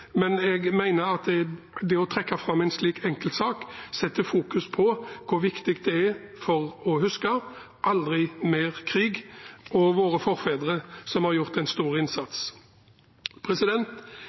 men jeg mener at det å trekke fram en slik enkeltsak setter i fokus hvor viktig det er å huske «aldri mer krig» – og våre forfedre, som har gjort en stor